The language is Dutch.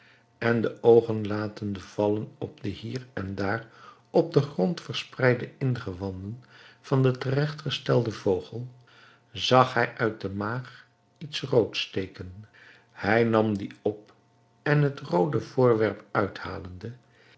en de oogen latende vallen op de hier en daar op den grond verspreide ingewanden van den teregtgestelden vogel zag hij uit de maag iets roods steken hij nam die op en het roode voorwerp uithalende